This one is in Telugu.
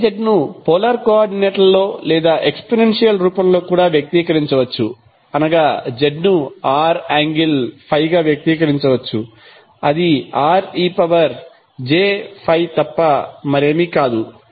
అదే z ను పొలార్ కోఆర్డినేట్ల లో లేదా ఎక్స్పోనెన్షియల్ రూపంలో కూడా వ్యక్తీకరించవచ్చు అనగా z ను r∠∅ గా వ్యక్తీకరించవచ్చు అది rej∅ తప్ప మరేమీ కాదు